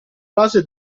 base